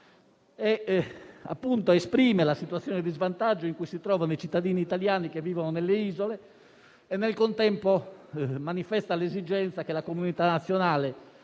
esprimendo la situazione di svantaggio in cui si trovano i cittadini italiani che vivono nelle isole; e nel contempo manifesta l'esigenza che la comunità nazionale